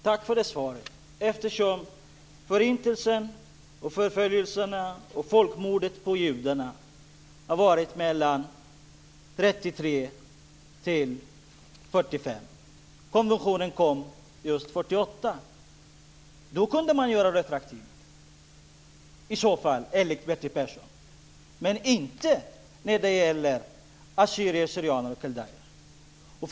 Fru talman! Tack för det svaret! Förintelsen, förföljelserna och folkmordet på judarna, varade mellan 1933 och 1945. Konventionen kom 1948. Då kunde man göra detta retroaktivt, enligt Bertil Persson, men inte när det gäller armenier, assyrier/syrianer och kaldéer.